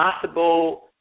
Possible